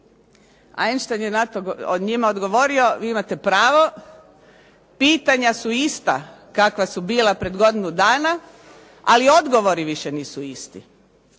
Einstein je na to njima odgovorio vi imate pravo, pitanja su ista kakva su bila pred godinu dana, ali odgovori više nisu isti.